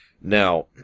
Now